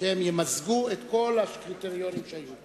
שימזגו את כל הקריטריונים שהיו.